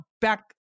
back